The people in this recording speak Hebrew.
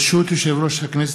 ברשות יושב-ראש הכנסת,